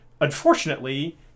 unfortunately